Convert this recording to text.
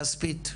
כספית.